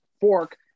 fork